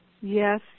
yes